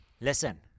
listen